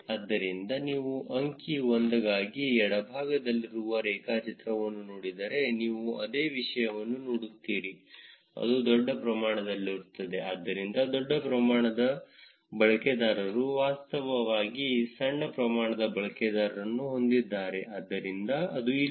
ಆದ್ದರಿಂದ ನೀವು ಅಂಕಿ 1 ಗಾಗಿ ಎಡಭಾಗದಲ್ಲಿರುವ ರೇಖಾಚಿತ್ರವನ್ನು ನೋಡಿದರೆ ನೀವು ಅದೇ ವಿಷಯವನ್ನು ನೋಡುತ್ತೀರಿ ಅದು ದೊಡ್ಡ ಪ್ರಮಾಣದಲ್ಲಿರುತ್ತದೆ ಆದ್ದರಿಂದ ದೊಡ್ಡ ಪ್ರಮಾಣದ ಬಳಕೆದಾರರು ವಾಸ್ತವವಾಗಿ ಸಣ್ಣ ಪ್ರಮಾಣದ ಬಳಕೆದಾರರನ್ನು ಹೊಂದಿದ್ದಾರೆ ಆದ್ದರಿಂದ ಅದು ಇಲ್ಲಿದೆ